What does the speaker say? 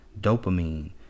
dopamine